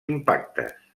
impactes